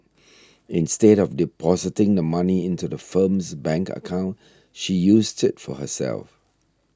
instead of depositing the money into the firm's bank account she used it for herself